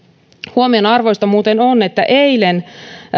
huomionarvoista muuten on että eilen